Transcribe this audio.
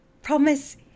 Promise